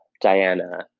diana